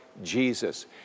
Jesus